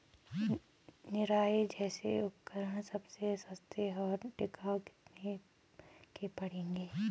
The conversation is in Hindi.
निराई जैसे उपकरण सबसे सस्ते और टिकाऊ कितने के पड़ेंगे?